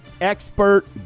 expert